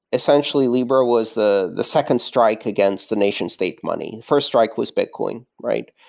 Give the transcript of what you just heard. essentially, libra was the the second strike against the nation state money. first strike was bitcoin, right?